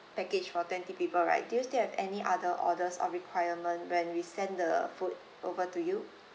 package for twenty people right do you still have any other orders or requirement when we send the food over to you